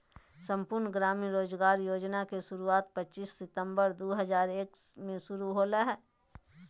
संपूर्ण ग्रामीण रोजगार योजना के शुरुआत पच्चीस सितंबर दु हज़ार एक मे शुरू होलय हल